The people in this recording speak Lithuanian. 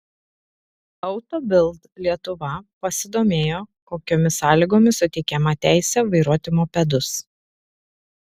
auto bild lietuva pasidomėjo kokiomis sąlygomis suteikiama teisė vairuoti mopedus